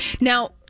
now